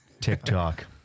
TikTok